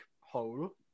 hole